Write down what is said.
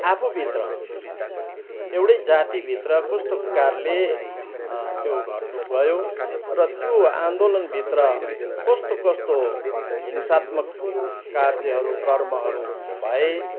आफूभित्र एउटै जातिभित्र कस्तो प्रकारले त्यो घट्नु गयो र त्यो आन्दोलनभित्र कस्तो कस्तो हिंसात्मक कार्यहरू कर्महरू भए